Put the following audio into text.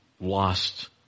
lost